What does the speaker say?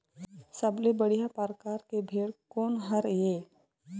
सबले बढ़िया परकार के भेड़ कोन हर ये?